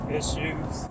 issues